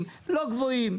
אנשים מתמוטטים.